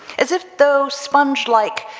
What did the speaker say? as if, though sponge-like,